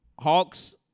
Hawks